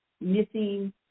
missing